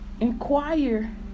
inquire